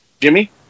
Jimmy